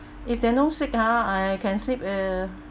if they no sick ha I can sleep uh